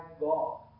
God